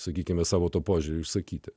sakykime savo požiūrį išsakyti